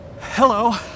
hello